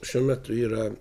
šiuo metu yra